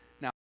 Now